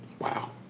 Wow